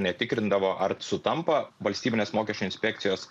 netikrindavo ar sutampa valstybinės mokesčių inspekcijos